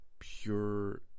pure